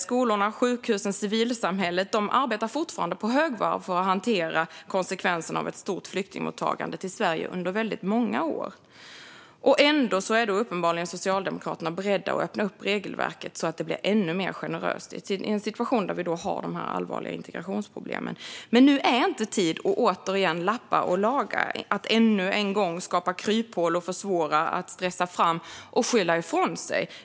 Skolorna, sjukhusen och civilsamhället arbetar fortfarande på högvarv för att hantera konsekvenserna av ett stort flyktingmottagande i Sverige under många år. Ändå är Socialdemokraterna uppenbarligen beredda att öppna upp regelverket så att det blir ännu generösare, i en situation där vi har dessa allvarliga integrationsproblem. Men nu är inte tid att återigen lappa och laga, skapa kryphål och försvåra, stressa fram och skylla ifrån sig.